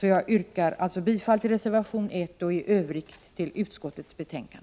Jag yrkar alltså bifall till reservation 1 och i övrigt till utskottets hemställan.